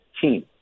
team